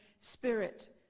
spirit